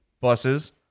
buses